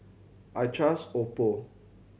I trust Oppo